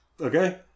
Okay